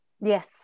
Yes